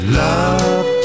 love